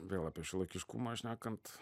vėl apie šiuolaikiškumą šnekant